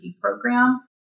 program